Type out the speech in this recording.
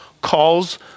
calls